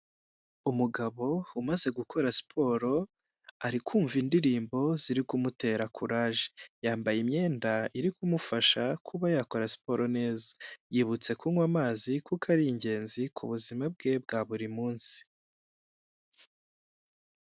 Umugabo umaze gukora siporo ari kumva indirimbo ziri kumutera courage yambaye imyenda iri kumufasha kuba yakora siporo neza yibutse kunywa amazi kuko ari ingenzi ku buzima bwe bwa buri munsi.